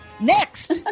Next